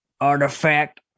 artifact